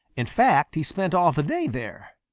in fact, he spent all the day there.